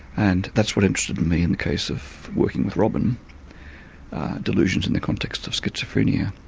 and that's what interested me in the case of working with robyn delusions in the context of schizophrenia.